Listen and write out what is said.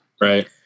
right